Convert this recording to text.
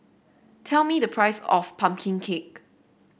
tell me the price of pumpkin cake